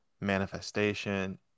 manifestation